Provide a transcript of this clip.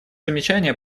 замечания